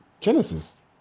Genesis